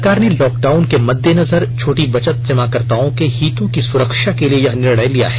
सरकार ने लॉकडाउन के मद्देनजर छोटी बचत जमाकर्ताओं के हितों की सुरक्षा के लिए यह निर्णय लिया है